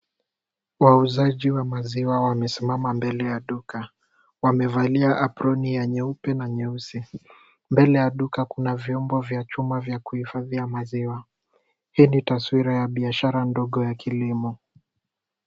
Wauzaji wa maziwa wamesimama mbele ya duka. Wamevalia aproni ya nyeupe na nyeusi, mbele ya duka kuna vyombo vya chuma vya kuhifadhia maziwa. Hii ni taswira ya biashara ndogo ya kilimo.